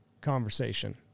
conversation